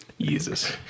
Jesus